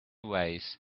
ways